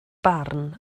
barn